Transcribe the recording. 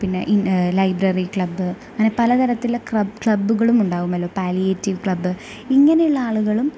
പിന്നെ library club അങ്ങനെ പലതരത്തിലുള്ള ട്രബ് ക്ലബ്ബുകൾ ഉണ്ടാകുമല്ലോ പാലിയേറ്റ് ക്ലബ് ഇങ്ങനെയുള്ള ആളുകളും